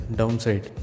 downside